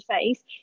face